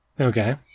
Okay